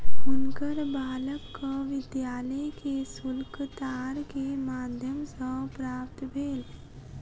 हुनकर बालकक विद्यालय के शुल्क तार के माध्यम सॅ प्राप्त भेल